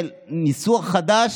זה ניסוח חדש,